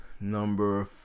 number